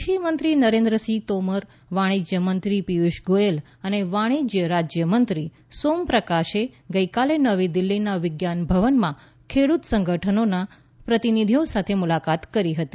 ક્રષિ મંત્રી નરેન્દ્રસિંહ તોમર વાણિજ્ય મંત્રી પીયૂષ ગોયલ અને વાણીજ્ય રાજ્યમંત્રી સોમ પ્રકાશે ગઈકાલે નવી દિલ્ફીના વિજ્ઞાન ભવનમાં ખેડૂત સંગઠનોના પ્રતિનિધિઓ સાથે મુલાકાત કરી હતી